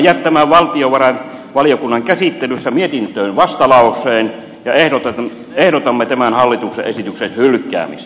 tulemme jättämään valtiovarainvaliokunnan käsittelyssä mietintöön vastalauseen ja ehdotamme tämän hallituksen esityksen hylkäämistä